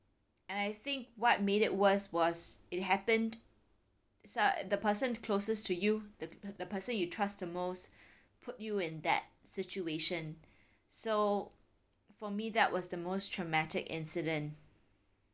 and I think what made it worse was it happened the person closest to you the pe~ the person you trust the most put you in that situation so for me that was the most traumatic incident